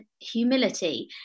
humility